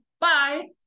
bye